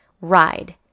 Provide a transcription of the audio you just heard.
ride